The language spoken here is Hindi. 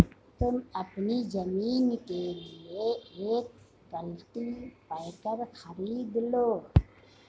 तुम अपनी जमीन के लिए एक कल्टीपैकर खरीद लो